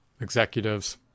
executives